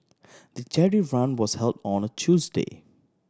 the charity run was held on a Tuesday